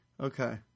Okay